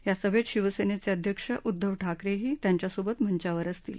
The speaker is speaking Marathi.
या सभेत शिवसेनेचे अध्यक्ष उद्धव ठाकरेही त्यांच्यासोबत मंचावर असतील